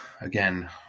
again